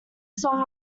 song